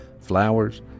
flowers